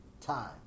time